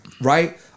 right